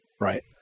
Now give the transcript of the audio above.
right